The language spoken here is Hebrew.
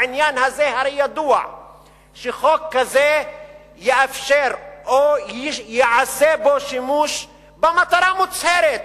בעניין הזה הרי ידוע שחוק כזה יאפשר או ייעשה בו שימוש במטרה מוצהרת,